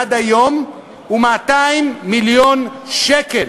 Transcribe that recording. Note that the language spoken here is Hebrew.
עד היום הוא 200 מיליון שקל.